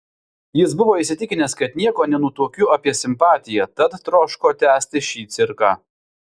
jis buvo įsitikinęs kad nieko nenutuokiu apie simpatiją tad troško tęsti šį cirką